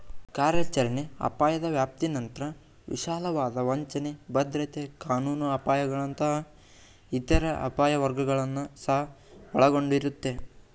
ಕಾರ್ಯಾಚರಣೆ ಅಪಾಯದ ವ್ಯಾಪ್ತಿನಂತ್ರ ವಿಶಾಲವಾದ ವಂಚನೆ, ಭದ್ರತೆ ಕಾನೂನು ಅಪಾಯಗಳಂತಹ ಇತರ ಅಪಾಯ ವರ್ಗಗಳನ್ನ ಸಹ ಒಳಗೊಂಡಿರುತ್ತೆ